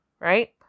Right